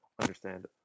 understand